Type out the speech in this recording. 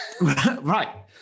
Right